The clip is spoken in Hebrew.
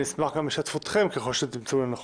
ככל שתמצאו לנכון.